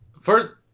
First